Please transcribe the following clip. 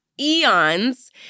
eons